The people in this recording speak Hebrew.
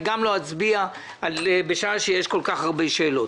אני גם לא אצביע בשעה שיש כל כך הרבה שאלות.